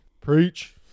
Preach